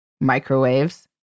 microwaves